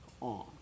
on